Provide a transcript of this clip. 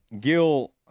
Gil